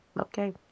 okay